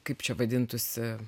kaip čia vadintųsi